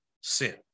sin